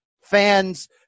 fans